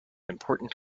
important